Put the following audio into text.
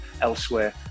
elsewhere